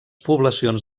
poblacions